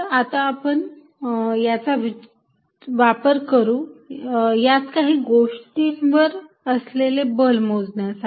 तर आता आपण याचा वापर करू यात काही गोष्टींवर असलेले बल मोजण्यासाठी